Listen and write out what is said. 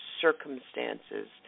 circumstances